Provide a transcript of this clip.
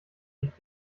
liegt